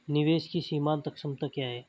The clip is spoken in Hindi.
निवेश की सीमांत क्षमता क्या है?